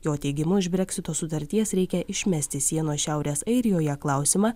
jo teigimu iš breksito sutarties reikia išmesti sienos šiaurės airijoje klausimą